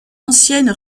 ancienne